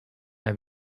have